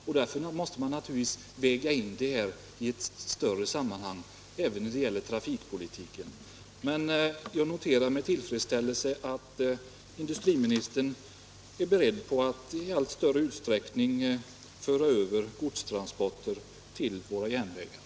Jag noterar emellertid med tillfredsställelse att industriministern är beredd att se till att godstransporter i allt större utsträckning kommer att föras över till järnvägen.